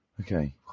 Okay